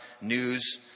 news